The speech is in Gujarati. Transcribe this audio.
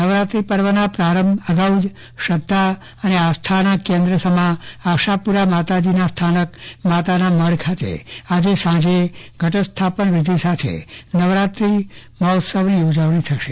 નવરાત્રી પર્વના પ્રારંભ અગાઉજ શ્રાદ્ધ અને આસ્થાના કેન્દ્રસમા આશાપુરા માતાજીના સ્થાનક માતાના મઢ ખાતે આજે સાંજે ઘટ સ્થાપનની વિધિ સાથે નવરાત્રી મહોત્સવની ઉજવણી શરૂ થશે